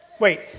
Wait